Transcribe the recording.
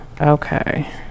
Okay